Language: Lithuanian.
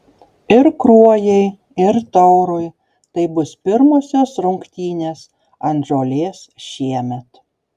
ir kruojai ir taurui tai bus pirmosios rungtynės ant žolės šiemet